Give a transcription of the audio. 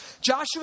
Joshua